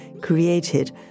created